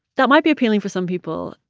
that might be appealing for some people,